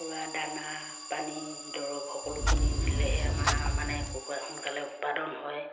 কুকুৰা দানা পানী দৰৱ সকলোখিনি নি দিলেহে আমাৰ মানে কুকুৰা সোনকালে উৎপাদন হয়